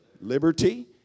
liberty